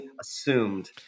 assumed